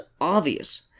obvious